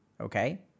okay